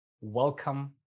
welcome